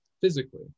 physically